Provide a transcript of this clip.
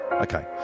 Okay